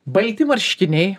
balti marškiniai